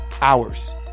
hours